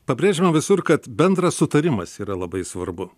pabrėžiama visur kad bendras sutarimas yra labai svarbu